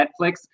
Netflix